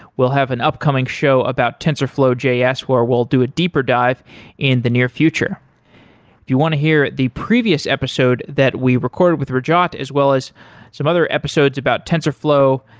we'll have an upcoming show about tensorflow js where we'll do a deeper dive in the near future. if you want to hear the previous episode that we recorded with rajat as well as some other episodes about tensorflow,